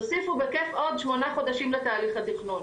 תוסיפו בכייף עוד שמונה חודשים לתהליך התכנון,